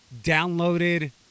downloaded